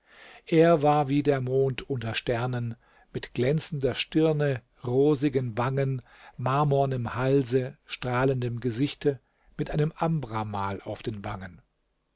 er war wie der mond unter sternen mit glänzender stirne rosigen wangen marmornem halse strahlendem gesichte mit einem ambramal auf den wangen